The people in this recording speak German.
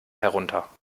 herunter